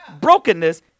Brokenness